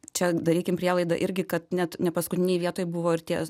čia darykim prielaidą irgi kad net ne paskutinėj vietoj buvo ir tie